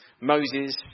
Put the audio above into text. Moses